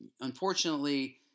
unfortunately